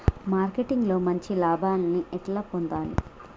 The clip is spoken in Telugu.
మార్కెటింగ్ లో మంచి లాభాల్ని ఎట్లా పొందాలి?